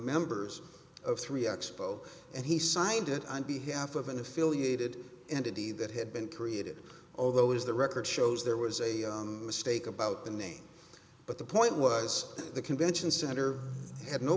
members of three expo and he signed it on behalf of an affiliated entity that had been created although as the record shows there was a mistake about the name but the point was that the convention center had no